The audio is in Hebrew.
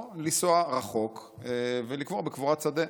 או לנסוע רחוק ולקבור בקבורת שדה.